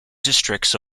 districts